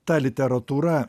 ta literatūra